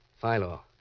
Philo